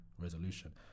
resolution